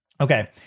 Okay